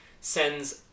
sends